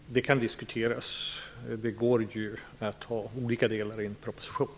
Fru talman! Det kan diskuteras. Det går ju att ha olika delar i en proposition.